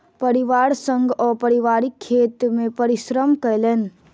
परिवार संग ओ पारिवारिक खेत मे परिश्रम केलैन